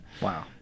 Wow